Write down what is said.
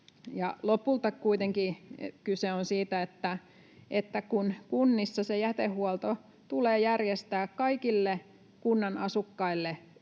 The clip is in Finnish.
lopulta kuitenkin kyse on siitä, että kun kunnissa se jätehuolto tulee järjestää kaikille kunnan asukkaille